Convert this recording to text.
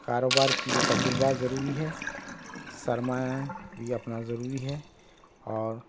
کاروبار کے لئے تجربہ ضروری ہے سرمایہ بھی اپنا ضروری ہے اور